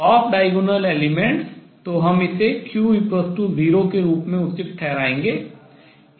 off diagonal elements तो हम इसे q0 के रूप में उचित ठहराएंगे